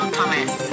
Thomas